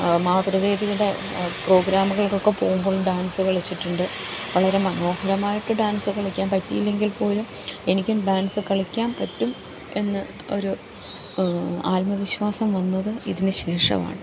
മാതൃവേദിയിടെ പ്രോഗ്രാമുകൾക്കൊക്കെ പോകുമ്പോൾ ഡാൻസ് കളിച്ചിട്ടുണ്ട് വളരെ മനോഹരമായിട്ട് ഡാൻസ് കളിക്കാൻ പറ്റിയില്ലെങ്കിൽപ്പോലും എനിക്കും ഡാൻസ് കളിക്കാൻ പറ്റും എന്ന് ഒരു ആത്മവിശ്വാസം വന്നത് ഇതിനു ശേഷമാണ്